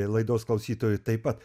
laidos klausytojų taip pat